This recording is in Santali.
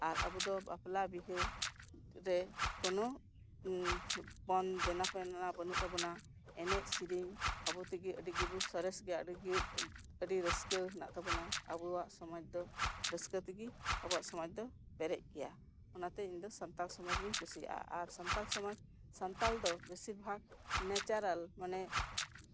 ᱟᱨ ᱟᱵᱚ ᱫᱚ ᱵᱟᱯᱞᱟ ᱵᱤᱦᱟᱹ ᱡᱮ ᱠᱳᱱᱳ ᱯᱚᱱ ᱫᱮᱱᱟ ᱯᱟᱣᱱᱟ ᱵᱟᱹᱱᱩᱜ ᱛᱟᱵᱚᱱᱟ ᱮᱱᱮᱡ ᱥᱮᱨᱮᱧ ᱟᱵᱚ ᱛᱮᱜᱮ ᱟᱹᱰᱤ ᱜᱮᱵᱚ ᱥᱚᱨᱮᱥ ᱜᱮᱭᱟ ᱟᱹᱰᱤ ᱰᱷᱮᱨ ᱟᱹᱰᱤ ᱨᱟᱹᱥᱠᱟᱹ ᱢᱮᱱᱟᱜ ᱛᱟᱵᱚᱱᱟ ᱟᱵᱚᱣᱟᱜ ᱥᱚᱢᱟᱡᱽ ᱫᱚ ᱨᱟᱹᱥᱠᱟᱹ ᱛᱮᱜᱮ ᱟᱵᱚᱣᱟᱜ ᱥᱚᱢᱟᱡᱽ ᱫᱚ ᱯᱮᱨᱮᱡ ᱜᱮᱭᱟ ᱚᱱᱟᱛᱮ ᱤᱧ ᱫᱚ ᱥᱟᱱᱛᱟᱲ ᱥᱚᱢᱟᱡᱽ ᱜᱮᱧ ᱠᱩᱥᱤᱭᱟᱜᱼᱟ ᱟᱨ ᱥᱟᱱᱛᱟᱲ ᱥᱚᱢᱟᱡᱽ ᱥᱟᱱᱛᱟᱲ ᱫᱚ ᱵᱮᱥᱤᱨ ᱵᱷᱟᱜᱽ ᱱᱮᱪᱟᱨᱟᱞ ᱢᱟᱱᱮ